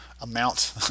amount